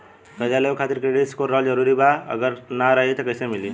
कर्जा लेवे खातिर क्रेडिट स्कोर रहल जरूरी बा अगर ना रही त कैसे मिली?